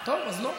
טוב, אז לא.